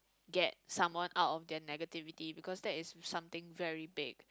get someone out of their negativity because that is something very big